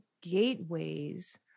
gateways